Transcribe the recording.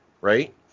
right